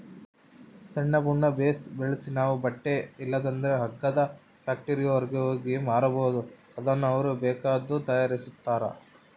ಸೆಣಬುನ್ನ ಬೇಸು ಬೆಳ್ಸಿ ನಾವು ಬಟ್ಟೆ ಇಲ್ಲಂದ್ರ ಹಗ್ಗದ ಫ್ಯಾಕ್ಟರಿಯೋರ್ಗೆ ಮಾರ್ಬೋದು ಅದುನ್ನ ಅವ್ರು ಬೇಕಾದ್ದು ತಯಾರಿಸ್ತಾರ